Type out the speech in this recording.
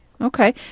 Okay